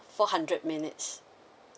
four hundred minutes